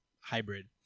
hybrid